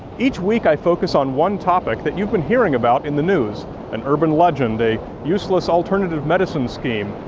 each week i focus on one topic that you've been hearing about in the news an urban legend, a useless alternative medicine scheme,